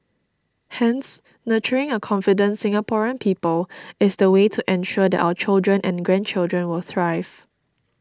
Hence nurturing a confident Singaporean people is the way to ensure that our children and grandchildren will thrive